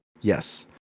Yes